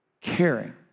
caring